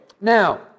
now